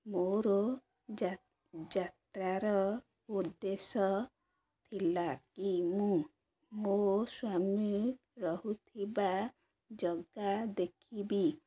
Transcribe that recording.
ମୋର ଯାତ୍ରାର ଉଦ୍ଦେଶ୍ୟ ଥିଲା କି ମୁଁ ମୋ ସ୍ୱାମୀ ରହୁଥିବା ଜାଗା ଦେଖିବି